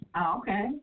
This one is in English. Okay